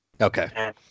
Okay